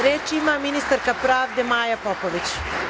Reč ima ministarka pravde, Maja Popović.